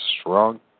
strong